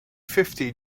fifty